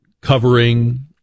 covering